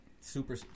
super